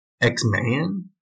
X-Man